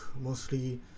mostly